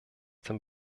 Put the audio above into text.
dem